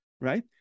right